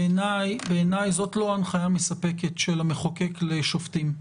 בעיניי, זאת לא הנחיה מספקת של המחוקק לשופטים.